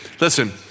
Listen